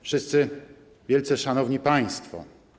Wszyscy Wielce Szanowni Państwo!